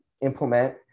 Implement